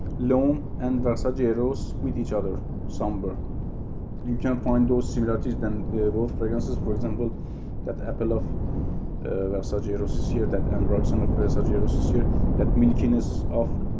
and versace eros meet each other somewhere you can find those similarities than both fragrances for example that apple of versace eros is here that ambroxan of versace eros is here that milkiness of